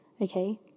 Okay